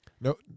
No